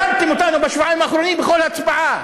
הפלתם אותנו בשבועיים האחרונים בכל הצבעה.